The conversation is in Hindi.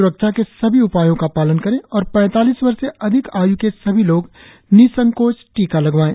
स्रक्षा के सभी उपायों का पालन करें और पैतालीस वर्ष से अधिक आय के सभी लोग निसंकोच टीका लगवाएं